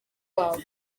wabo